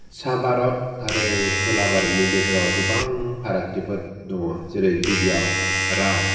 सा भारत आरो खोला भारतनि गेजेराव गोबां फारागथिफोर दङ जेरै गिबियाव राव